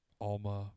Alma